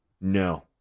No